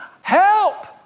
help